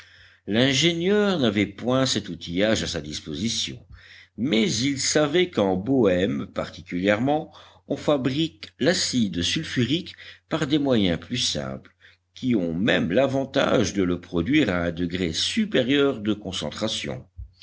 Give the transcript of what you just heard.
l'ingénieur n'avait point cet outillage à sa disposition mais il savait qu'en bohême particulièrement on fabrique l'acide sulfurique par des moyens plus simples qui ont même l'avantage de le produire à un degré supérieur de concentration